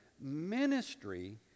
Ministry